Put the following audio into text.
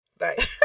Nice